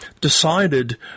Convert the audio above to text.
decided